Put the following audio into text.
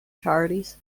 charities